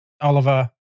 Oliver